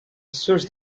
suits